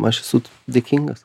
aš esu dėkingas